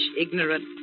ignorant